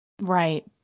right